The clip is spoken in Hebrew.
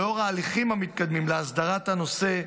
לאור ההליכים המתקדמים להסדרת הנושא,